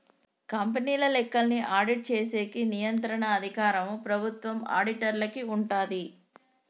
కంపెనీల లెక్కల్ని ఆడిట్ చేసేకి నియంత్రణ అధికారం ప్రభుత్వం ఆడిటర్లకి ఉంటాది